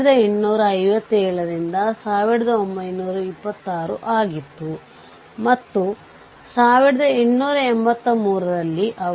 V0 1 volt ಮತ್ತು i0 6 ತೆಗೆದುಕೊಂಡಿದೆ